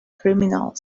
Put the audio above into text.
criminals